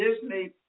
Disney